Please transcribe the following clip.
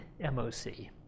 MOC